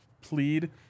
plead